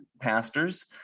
pastors